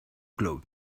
club